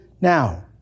now